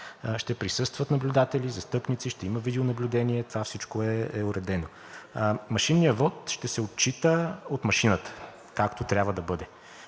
Ще присъстват наблюдатели, застъпници, ще има видеонаблюдение – това всичко е уредено. Машинният вот ще се отчита от машината, както трябва да бъде.